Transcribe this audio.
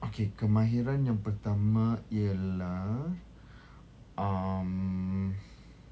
okay kemahiran yang pertama ialah um